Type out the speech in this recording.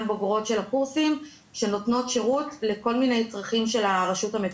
בוגרות של הקורסים שנותנות שירות לכל מיני צרכים של הרשות.